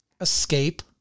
Escape